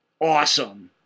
awesome